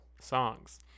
songs